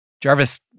Jarvis